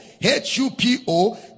H-U-P-O